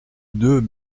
deux